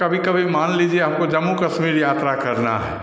कभी कभी मान लीजिए हमको जम्मू कश्मीर यात्रा करनी है